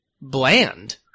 bland